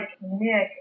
Nick